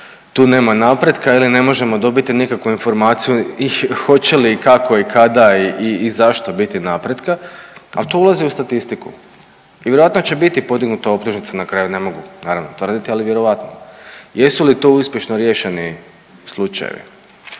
tu nema napretka ili ne možemo dobiti nikakvu informaciju i hoće li i kako i kada i zašto biti napretka, ali to ulazi u statistiku. Vjerojatno će biti podignuta optužnica na kraju, ne mogu naravno tvrditi, ali vjerovatno. Jesu li to uspješno riješeni slučajevi?